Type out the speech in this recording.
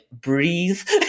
breathe